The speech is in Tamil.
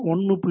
1